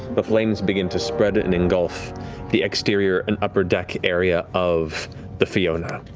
the flames begin to spread and engulf the exterior and upper deck area of the fiona.